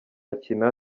kina